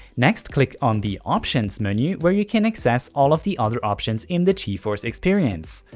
next, click on the options menu where you can access all of the other options in the geforce experience.